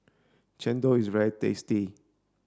Chendol is very tasty